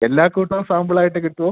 എല്ലാ കൂട്ടവും സാമ്പിൾ ആയിട്ട് കിട്ടുമോ